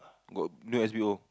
got new S_B_O